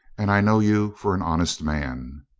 and i know you for an honest man.